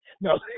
No